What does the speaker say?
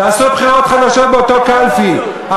תעשו בחירות חדשות באותה קלפי.